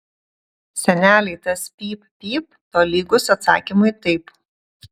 senelei tas pyp pyp tolygus atsakymui taip